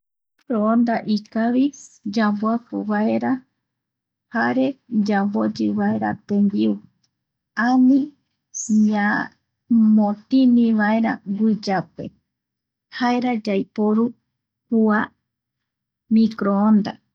Micro honda ikavi yamboaku vaeraj jare yamboyi vaera tembiu ani ña motini vaera guiyape yaiporu kua micro honda